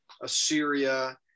Assyria